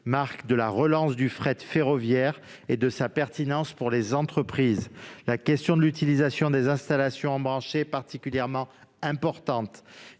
marque de relance du fret ferroviaire et de sa pertinence pour les entreprises. La question de l'utilisation de ces installations est également importante